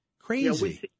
Crazy